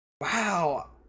wow